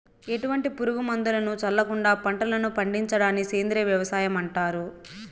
ఎటువంటి పురుగు మందులను చల్లకుండ పంటలను పండించడాన్ని సేంద్రీయ వ్యవసాయం అంటారు